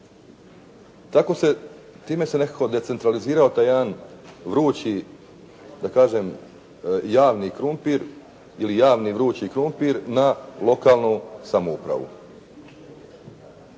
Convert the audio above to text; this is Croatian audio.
Tako se, time se nekako decentralizirao taj jedan vrući da kažem javni krumpir ili javni vrući krumpir na lokalnu samoupravu.